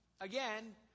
again